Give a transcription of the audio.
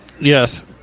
Yes